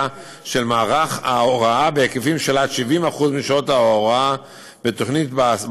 של מערך ההוראה בהיקפים של עד 70% משעות ההוראה בתוכנית,